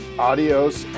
Adios